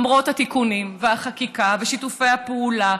למרות התיקונים והחקיקה ושיתופי הפעולה